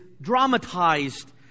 dramatized